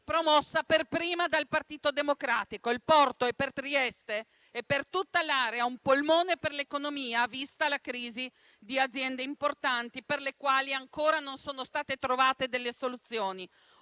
promossa per primo dal Partito Democratico. Il porto è per Trieste e per tutta l'area un polmone per l'economia, vista la crisi di aziende importanti per le quali ancora non sono state trovate delle soluzioni.